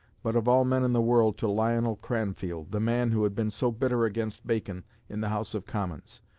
but of all men in the world, to lionel cranfield, the man who had been so bitter against bacon in the house of commons.